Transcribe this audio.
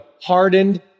hardened